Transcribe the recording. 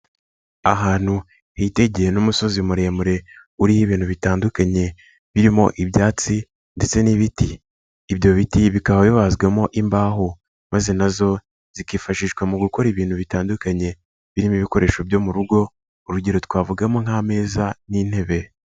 Ahantu hitegeye n'umusozi muremure uriho ibintu bitandukanye birimo ibyatsi ndetse n'ibiti. Ibyo biti bikaba bibazwamo imbaho maze nazo zikifashishwa mu gukora ibintu bitandukanye. Birimo ibikoresho byo mu rugo. Urugero twavugamo nk'ameza n'intebe.